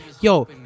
Yo